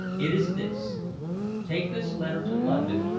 it is this take this letter to london,